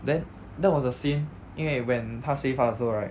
then that was the scene 因为 when 他 save 她的时候 right